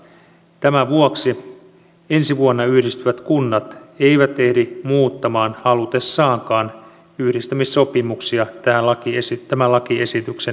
tämän vuoksi ensi vuonna yhdistyvät kunnat eivät ehdi muuttamaan halutessaankaan yhdistymissopimuksia tämän lakiesityksen mukaisesti